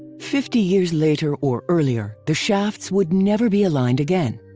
fifty years later or earlier the shafts would never be aligned again.